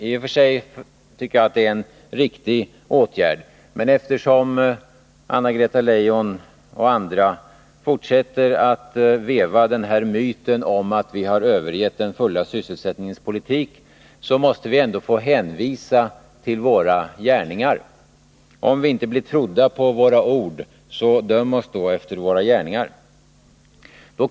I och för sig tycker jag det är riktigt. Men eftersom Anna-Greta Leijon och andra fortsätter att veva myten om att vi har övergivit den fulla sysselsättningens politik måste vi få hänvisa till våra gärningar. Om vi inte blir trodda på våra ord, döm oss då efter våra gärningar.